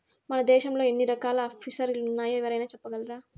మన దేశంలో ఎన్ని రకాల ఫిసరీలున్నాయో ఎవరైనా చెప్పగలరా